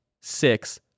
six